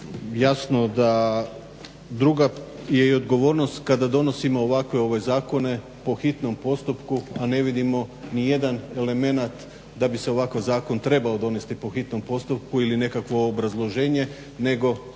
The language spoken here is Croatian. Jasno da druga je i odgovornost kada donosimo ovakve zakone po hitnom postupku a ne vidimo ni jedan elemenat da bi se ovakav zakon trebao donesti po hitnom postupku ili nekakvo obrazloženje nego